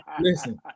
Listen